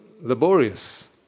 laborious